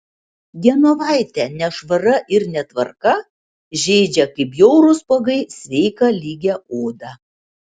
genovaitę nešvara ir netvarka žeidžia kaip bjaurūs spuogai sveiką lygią odą